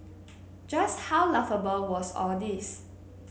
just how laughable was all this